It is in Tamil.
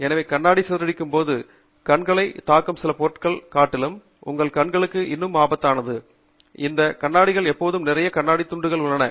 எனவே கண்ணாடி சிதறடிக்கும்போது கண்களைத் தாக்கும் சில பொருள்களைக் காட்டிலும் உங்கள் கண்களுக்கு இன்னும் ஆபத்தானது அந்த கண்ணாடியில் இப்போது நிறைய கண்ணாடி துண்டுகள் உள்ளன